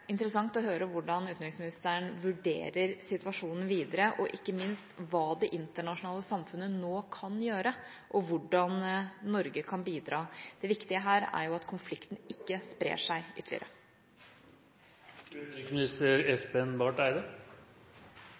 interessant å høre hvordan utenriksministeren vurderer situasjonen videre, og ikke minst hva det internasjonale samfunnet nå kan gjøre, og hvordan Norge kan bidra. Det viktige her er jo at konflikten ikke sprer seg